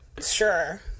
Sure